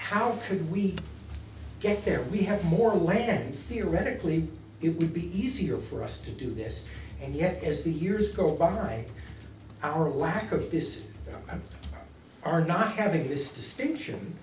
could we get there we have more land theoretically it would be easier for us to do this and yet as the years go by our lack of this and are not having this distinction